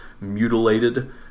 mutilated